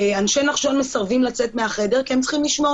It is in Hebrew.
אנשי נחשון מסרבים לצאת מהחדר כי הם צריכים לשמור